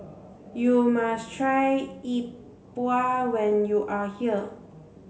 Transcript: you must try Yi Bua when you are here